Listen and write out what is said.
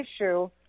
issue